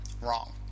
Wrong